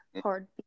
hard